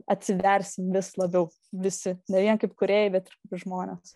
atsiversim vis labiau visi ne vien kaip kūrėjai bet ir žmonės